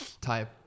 type